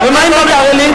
ומה עם ביתר-עילית?